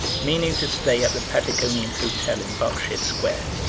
meaning to stay at the patagonian hotel in berkshire square,